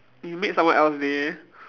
when you make someone else day